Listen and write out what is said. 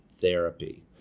therapy